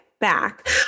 back